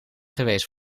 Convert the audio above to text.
geweest